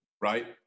right